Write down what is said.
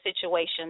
situation